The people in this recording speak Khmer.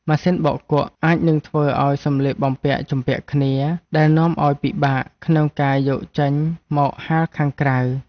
ម៉ាស៊ីនបោកគក់អាចនឹងធ្វើឱ្យសម្លៀកបំពាក់ជំពាក់គ្នាដែលនាំឱ្យពិបាកក្នុងការយកចេញមកហាលខាងក្រៅ។